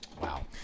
Wow